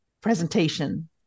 presentation